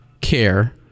care